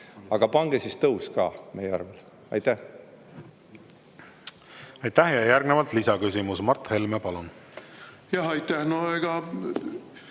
Aga pange siis tõus ka meie arvele. Aitäh! Aitäh! Ja järgnevalt lisaküsimus. Mart Helme, palun. Aitäh! Ja